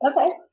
Okay